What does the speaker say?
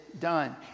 done